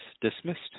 dismissed